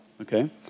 okay